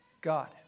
God